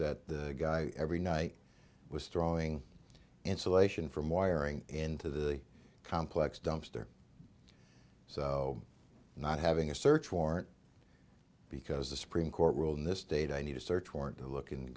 that the guy every night was drawing insulation from wiring into the complex dumpster so not having a search warrant because the supreme court ruled in this state i need a search warrant to look in